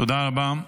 תודה רבה.